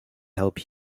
help